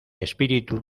espíritu